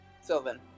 Sylvan